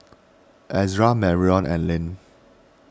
Ezra Marrion and Len